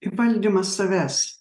įvaldymas savęs